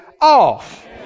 off